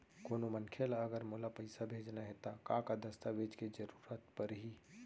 कोनो मनखे ला अगर मोला पइसा भेजना हे ता का का दस्तावेज के जरूरत परही??